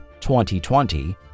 2020